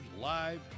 live